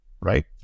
right